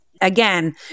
again